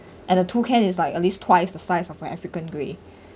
and the toucan is like at least twice the size of a african grey